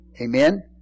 Amen